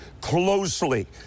closely